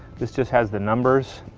this just has the numbers